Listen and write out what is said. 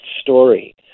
story